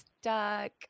stuck